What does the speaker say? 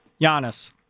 Giannis